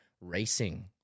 racing